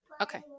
Okay